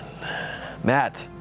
Matt